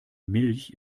milch